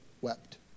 wept